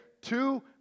Two